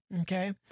Okay